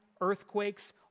earthquakes